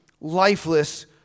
lifeless